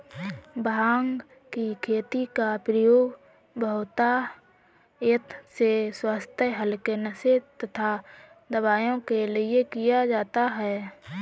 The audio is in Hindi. भांग की खेती का प्रयोग बहुतायत से स्वास्थ्य हल्के नशे तथा दवाओं के लिए किया जाता है